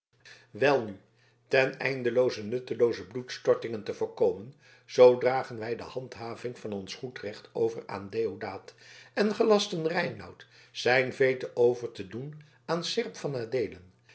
welnu ten einde nuttelooze bloedstortingen te voorkomen zoo dragen wij de handhaving van ons goed recht over aan deodaat en gelasten reinout zijn veete over te doen aan seerp van adeelen